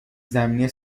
زمینی